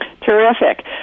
Terrific